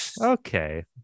Okay